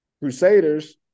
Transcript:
Crusaders